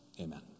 amen